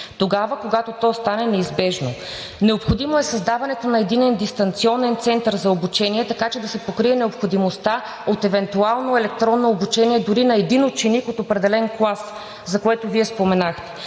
тогава, когато то стане неизбежно. Необходимо е създаването на единен дистанционен център за обучение, така че да се покрие необходимостта от евентуално електронно обучение дори на един ученик от определен клас, за което Вие споменахте.